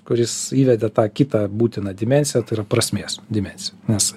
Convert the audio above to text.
kuris įvedė tą kitą būtiną dimensiją tai yra prasmės dimensiją nes